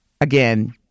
Again